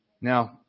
Now